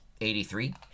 Eighty-three